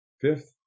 Fifth